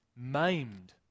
maimed